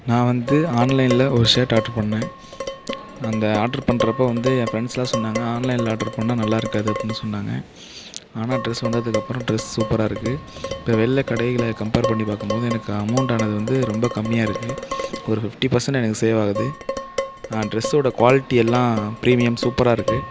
நான் வந்து ஆன்லைனில் ஒரு சர்ட் ஆட்ரு பண்ணேன் அந்த ஆட்ரு பண்ணுற அப்போ வந்து என் ஃபரெண்ட்ஸுலாம் சொன்னாங்க ஆன்லைனில் ஆட்ரு பண்ணால் நல்லா இருக்காது அப்படினு சொன்னாங்க ஆனால் ட்ரெஸ் வந்து அதுக்கு அப்புறம் ட்ரெஸ் சூப்பராக இருக்குது இப்போ வெளில கடைகளை கம்பேர் பண்ணி பார்க்கும் போது எனக்கு அமௌண்ட் ஆனது வந்து ரொம்ப கம்மியாக இருக்குது ஒரு ஃபிப்டி பர்சென்ட் எனக்கு சேவ் ஆகுது ட்ரெஸ்ஸோடய குவாலிட்டி எல்லாம் ப்ரீமியம் சூப்பராக இருக்குது